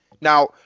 Now